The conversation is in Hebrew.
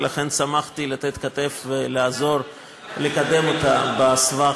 ולכן שמחתי לתת כתף ולעזור לקדם אותה בסבך